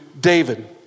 David